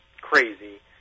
crazy